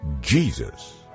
Jesus